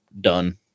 done